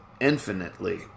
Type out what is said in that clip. infinitely